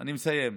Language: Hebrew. אני מסיים.